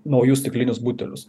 naujus stiklinius butelius